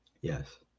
yes